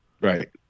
Right